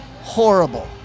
horrible